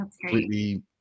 completely